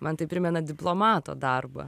man tai primena diplomato darbą